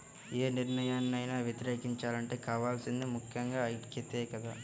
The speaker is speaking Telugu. యే నిర్ణయాన్నైనా వ్యతిరేకించాలంటే కావాల్సింది ముక్కెంగా ఐక్యతే కదా